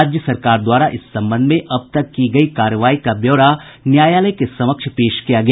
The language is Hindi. राज्य सरकार द्वारा इस संबंध में अब तक की गयी कार्रवाई का ब्यौरा न्यायालय के समक्ष पेश किया गया